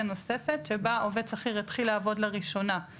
נוספת שבה עובד שכיר יתחיל לעבוד לראשונה,